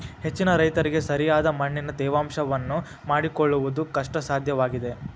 ಹೆಚ್ಚಿನ ರೈತರಿಗೆ ಸರಿಯಾದ ಮಣ್ಣಿನ ತೇವಾಂಶವನ್ನು ಮಾಡಿಕೊಳ್ಳವುದು ಕಷ್ಟಸಾಧ್ಯವಾಗಿದೆ